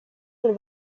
del